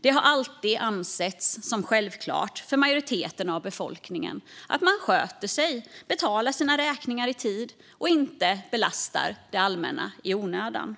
Det har alltid ansetts självklart för majoriteten av befolkningen att man sköter sig, betalar sina räkningar i tid och inte belastar det allmänna i onödan.